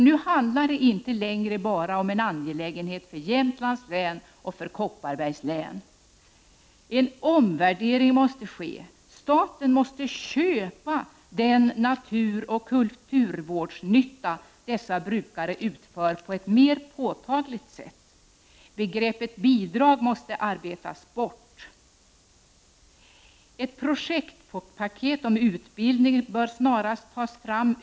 Nu handlar det nämligen inte längre bara om en angelägenhet för Jämtlands och Kopparbergs län. Staten måste på ett mer påtagligt sätt så att säga köpa den naturoch kulturvårdsnytta dessa brukare utför. Begreppet bidrag måste arbetas bort. Ett projektpaket om utbildning bör snarast tas fram.